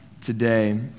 today